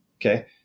Okay